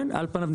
כן, על פניו כן.